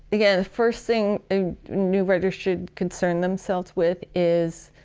again the first thing new writers should concern themselves with is